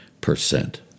percent